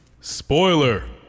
Spoiler